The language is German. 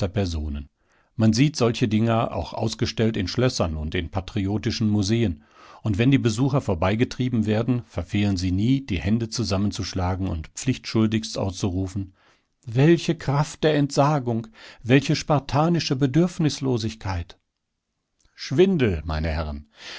personen man sieht solche dinger auch ausgestellt in schlössern und in patriotischen museen und wenn die besucher vorbeigetrieben werden verfehlen sie nie die hände zusammenzuschlagen und pflichtschuldigst auszurufen welche kraft der entsagung welche spartanische bedürfnislosigkeit schwindel meine herren